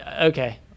Okay